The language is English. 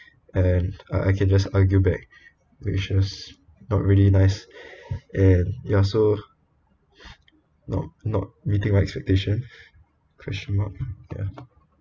and I I can just argue back which was not really nice and ya so not not meeting my expectation question mark ya